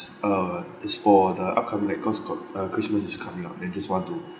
uh it's for the upcoming week cause got uh christmas is coming up then just want to